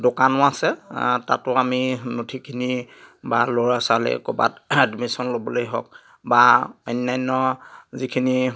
দোকানো আছে তাতো আমি নথিখিনি বা ল'ৰা ছোৱালী ক'ৰবাত এডমিশ্যন ল'বলৈ হওক বা অন্যান্য যিখিনি